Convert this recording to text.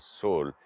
soul